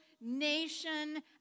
nation